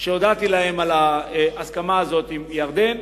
שהודעתי להם על ההסכמה הזאת עם ירדן.